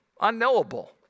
unknowable